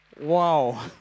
Wow